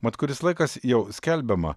mat kuris laikas jau skelbiama